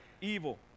evil